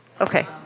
Okay